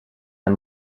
and